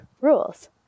rules